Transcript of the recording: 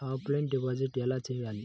Offline deposit ఎలా చేయాలి?